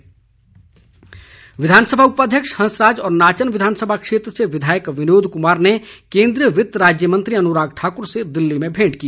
भेंट विधानसभा उपाध्यक्ष हंसराज और नाचन विधानसभा क्षेत्र से विधायक विनोद कुमार ने केंद्रीय वित्त राज्य मंत्री अनुराग ठाकर से दिल्ली में भेंट की